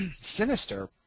sinister